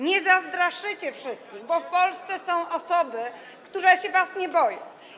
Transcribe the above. Nie zastraszycie wszystkich, bo są w Polsce osoby, które się was nie boją.